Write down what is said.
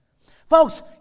Folks